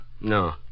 No